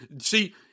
See